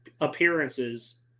appearances